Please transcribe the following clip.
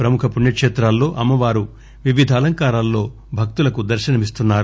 ప్రముఖ పుణ్యకేత్రాల్లో అమ్మవారు వివిధ అలంకారాల్లో భక్తులకు దర్పనమిస్తున్నారు